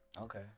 Okay